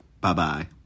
Bye-bye